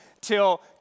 till